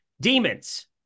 Demons